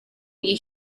you